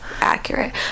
accurate